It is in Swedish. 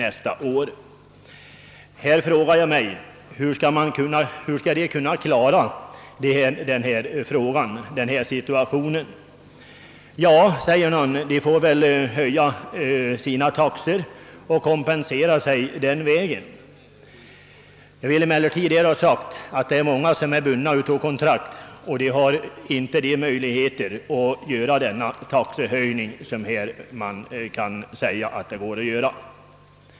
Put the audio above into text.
Man frågar sig hur dessa skall kunna klara en sådan utgiftsökning. Ja, säger man, de får väl höja sina taxor och kompensera sig den vägen. Då vill jag säga att enligt uppgift är det många som är bundna av kontrakt, varigenom de inte har några möjligheter att genomföra en taxehöjning.